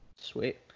Sweet